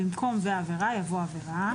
במקום "ועבירה" יבוא "עבירה",